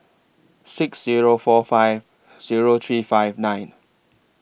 six Zero four five Zero three five nine